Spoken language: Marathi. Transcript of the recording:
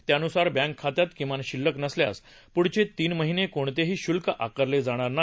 त्यानुसार बँक खात्यात किमान शिल्लक नसल्यास प्ढचे तीन महिने कोणतेही श्ल्क आकारले जाणार नाही